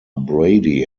brady